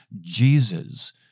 Jesus